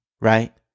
right